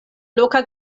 loka